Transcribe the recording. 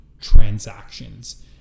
transactions